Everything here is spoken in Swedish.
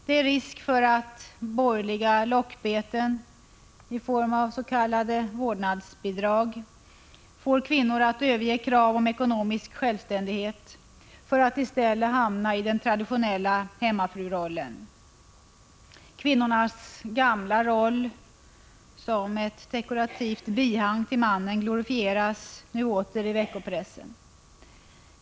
Det är risk för att borgerliga lockbeten i form av s.k. vårdnadsbidrag får kvinnor att överge krav på ekonomisk självständighet för att i stället hamna i den traditionella hemmafrurollen. Kvinnornas gamla roll som dekorativt bihang till mannen glorifieras nu åter i veckopressen.